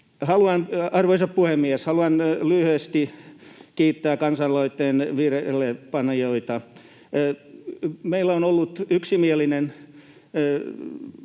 Arvoisa puhemies! Haluan lyhyesti kiittää kansalaisaloitteen vireillepanijoita. Meillä on ollut yksimielinen